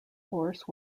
force